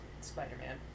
Spider-Man